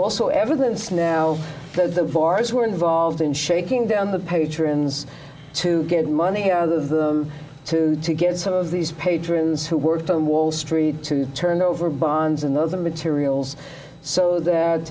also evidence now the bars were involved in shaking down the patrons to get money out of them to to get some of these patrons who worked on wall street to turn over bonds in those materials so that